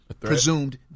presumed